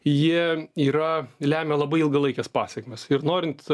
jie yra lemia labai ilgalaikes pasekmes ir norint